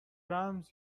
رمز